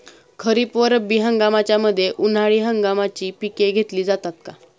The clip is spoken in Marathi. खरीप व रब्बी हंगामाच्या मध्ये उन्हाळी हंगामाची पिके घेतली जातात का?